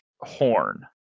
horn